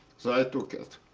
so i took it.